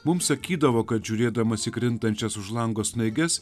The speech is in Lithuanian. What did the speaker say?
mums sakydavo kad žiūrėdamas į krintančias už lango snaiges